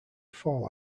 fall